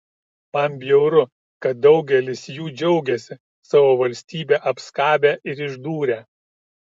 man bjauru kad daugelis jų džiaugiasi savo valstybę apskabę ir išdūrę